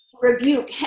rebuke